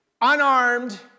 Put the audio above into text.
unarmed